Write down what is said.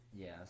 Yes